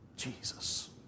Jesus